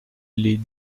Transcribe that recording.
les